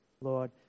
Lord